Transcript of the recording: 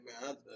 man